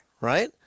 right